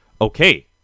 okay